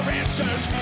answers